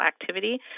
activity